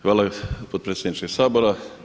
Hvala potpredsjedniče Sabora.